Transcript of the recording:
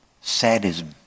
sadism